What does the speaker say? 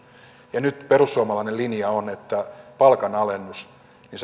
ja nyt perussuomalainen linja on se että palkanalennus niin